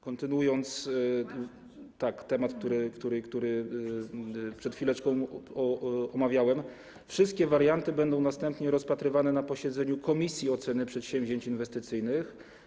Kontynuując temat, który przed chwileczką omawiałem, wszystkie warianty będą następnie rozpatrywane na posiedzeniu komisji oceny przedsięwzięć inwestycyjnych.